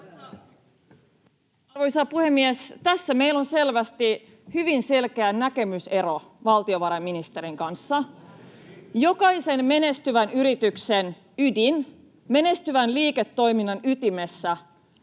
Arvoisa puhemies! Tässä meillä on selvästi hyvin selkeä näkemysero valtiovarainministerin kanssa. Jokaisen menestyvän yrityksen ydin menestyvän liiketoiminnan ytimessä